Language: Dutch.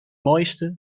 mooiste